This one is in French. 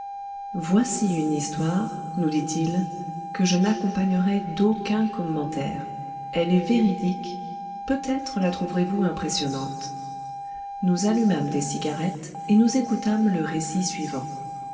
voici une histoire nous dit-il que je n'accompagnerai d'aucun commentaire elle est véridique peut-être la trouverez-vous impressionnante nous allumâmes des cigarettes et nous écoutâmes le récit suivant